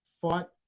fought